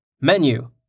Menu